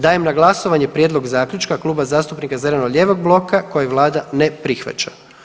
Dajem na glasovanje prijedlog zaključka Kluba zastupnika zeleno-lijevog bloka koji Vlada ne prihvaća.